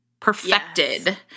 perfected